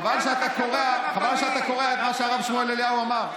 חבל שאתה קורע את מה שהרב שמואל אליהו אמר.